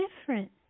different